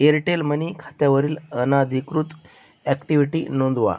Airtel money खात्यावरील अनधिकृत activity नोंदवा